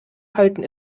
halten